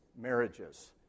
marriages